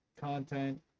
content